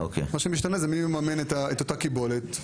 מה שמשתנה זה מי מממן את אותה קיבולת.